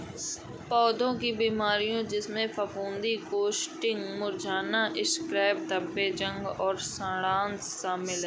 पौधों की बीमारियों जिसमें फफूंदी कोटिंग्स मुरझाना स्कैब्स धब्बे जंग और सड़ांध शामिल हैं